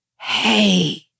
Hey